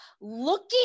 looking